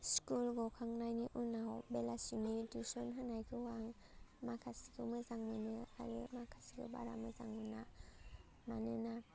school गखांनायनि उनाव बेलासिनि टिउस'न होनायखौ आं माखासेखौ मोजां मोनो आरो माखासेखौ बारा मोजां मोना मानोना